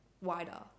wider